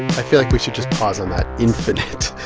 i feel like we should just pause on that infinite